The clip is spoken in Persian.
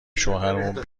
شوهرمون